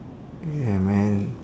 ya man